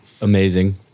Amazing